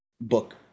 book